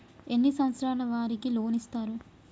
ఎన్ని సంవత్సరాల వారికి లోన్ ఇస్తరు?